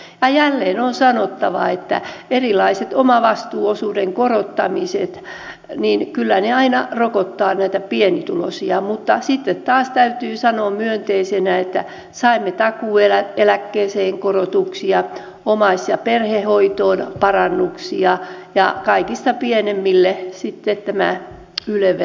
ja jälleen on sanottava että kyllä erilaiset omavastuuosuuden korottamiset aina rokottavat näitä pienituloisia mutta sitten taas täytyy sanoa myönteisenä asiana että saimme takuueläkkeeseen korotuksia omais ja perhehoitoon parannuksia ja kaikkein pienituloisimmilta sitten tämä yle vero poistui